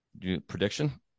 Prediction